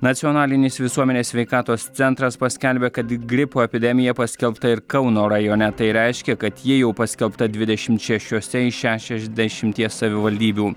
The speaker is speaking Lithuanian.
nacionalinis visuomenės sveikatos centras paskelbė kad gripo epidemija paskelbta ir kauno rajone tai reiškia kad ji jau paskelbta dvidešimt šešiose iš šešiasdešimties savivaldybių